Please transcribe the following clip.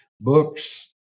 Books